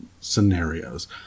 Scenarios